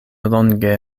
longe